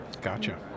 gotcha